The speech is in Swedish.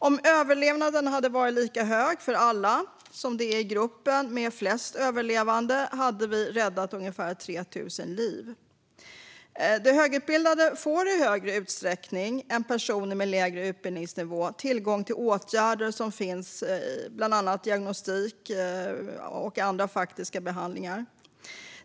Om överlevnaden hade varit lika hög för alla som den är i gruppen med flest överlevande skulle vi ha räddat ungefär 3 000 liv. De högutbildade får i större utsträckning än personer med lägre utbildningsnivå tillgång till åtgärder, bland annat diagnostik och andra behandlingar.